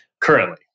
currently